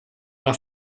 alla